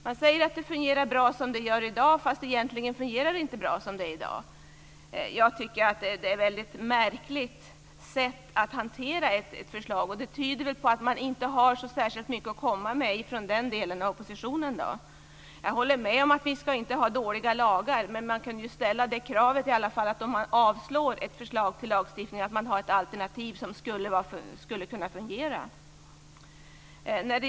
Man säger: Det fungerar bra som det är i dag, fast egentligen fungerar det inte bra som det är i dag. Jag tycker att det är ett väldigt märkligt sätt att hantera ett förslag. Det tyder väl på att man inte har så särskilt mycket att komma med från den delen av oppositionen. Jag håller med om att vi inte ska ha dåliga lagar. Men ett krav som i alla fall borde kunna ställas är att man, om man avslår ett förslag till lagstiftning, har ett alternativ som skulle kunna fungera.